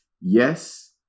Yes